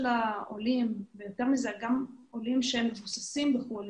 העולים וגם עולים שמבוססים בחוץ לארץ,